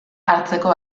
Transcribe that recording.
hartzeko